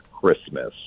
Christmas